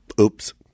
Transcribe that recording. Oops